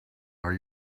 are